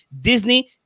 Disney